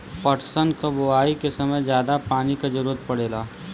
पटसन क बोआई के समय जादा पानी क जरूरत पड़ेला